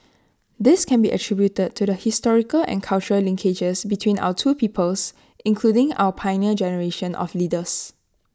this can be attributed to the historical and cultural linkages between our two peoples including our Pioneer Generation of leaders